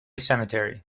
cemetery